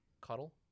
Cuddle